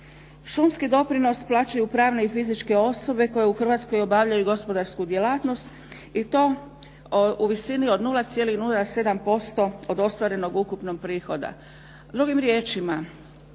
Šumski doprinos plaćaju pravne i fizičke osobe koje u Hrvatskoj obavljaju gospodarsku djelatnost i to u visini od 0,07% od ostvarenog ukupnog prihoda. Drugim riječima,